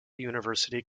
university